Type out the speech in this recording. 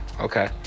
Okay